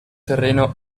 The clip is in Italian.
terreno